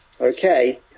okay